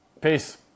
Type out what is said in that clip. Peace